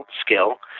skill